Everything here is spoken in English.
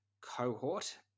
cohort